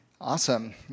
Awesome